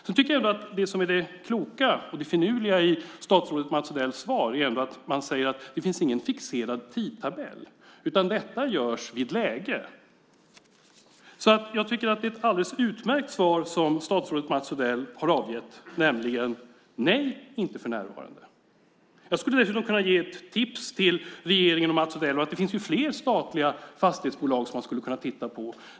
Sedan tycker jag att det kloka och finurliga i statsrådet Mats Odells svar är att han säger att det inte finns någon fixerad tidtabell, utan detta görs när det blir läge för det. Jag tycker att det är ett alldeles utmärkt svar som statsrådet Mats Odell har avgett, nämligen "Nej, inte för närvarande." Jag skulle dessutom kunna ge ett tips till regeringen och Mats Odell om att det finns fler statliga fastighetsbolag som man skulle kunna titta på.